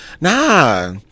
nah